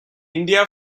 india